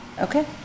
Okay